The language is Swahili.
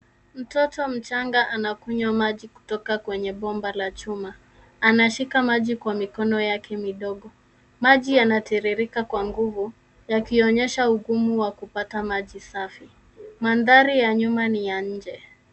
Mtoto mchanga anakunywa maji kutoka kwenye bomba la chuma. Anashika maji kwa mikono yake midogo. Maji yanatiririka kwa nguvu, yakionyesha ugumu wa kupata maji safi. Mandhari ya nyuma ni ya nje.